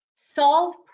solve